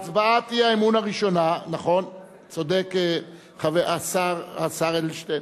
נכון, צודק השר אדלשטיין.